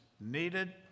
needed